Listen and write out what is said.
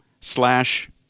slash